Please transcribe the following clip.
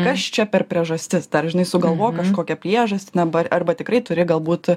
kas čia per priežastis dar žinai sugalvok kažkokią priežastį dabar arba tikrai turi galbūt